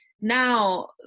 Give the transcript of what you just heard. Now